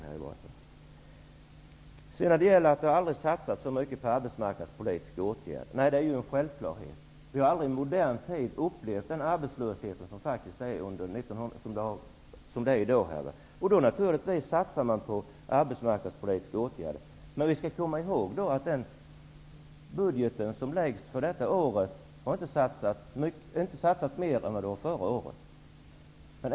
Elver Jonsson säger att det aldrig förut har satsats så mycket på arbetsmarknadspolitiska åtgärder. Men det är ju en självklarhet. Vi har aldrig i modern tid upplevt den arbetslöshet som vi har i dag. Då satsar man naturligtvis på arbetsmarknadspolitiska åtgärder. Men vi skall komma ihåg att det i årets budget inte har satsats mer än förra året.